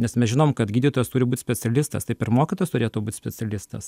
nes mes žinom kad gydytojas turi būt specialistas taip ir mokytojas turėtų būt specialistas